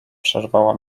przerwała